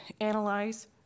analyze